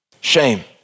shame